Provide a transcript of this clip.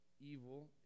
evil